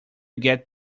get